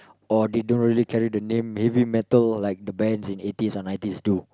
or they don't really carry the name heavy metal like the bands in eighties or nineties do